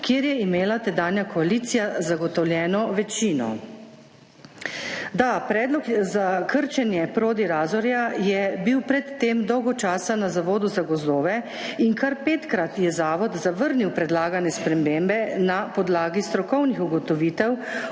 kjer je imela tedanja koalicija zagotovljeno večino. Da, predlog za krčenje Prodi Razorja je bil pred tem dolgo časa na Zavodu za gozdove in kar petkrat je zavod zavrnil predlagane spremembe na podlagi strokovnih ugotovitev